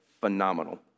phenomenal